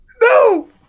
No